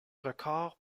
record